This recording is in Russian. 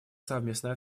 совместной